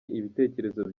ibitekerezo